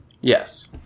Yes